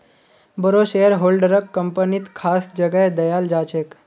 बोरो शेयरहोल्डरक कम्पनीत खास जगह दयाल जा छेक